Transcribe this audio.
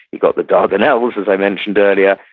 he got the dardanelles, as i mentioned earlier,